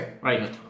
right